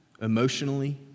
emotionally